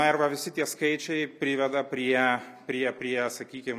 na ir va visi tie skaičiai priveda prie prie prie sakykim